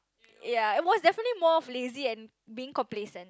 ya it was definitely more of lazy and being complacent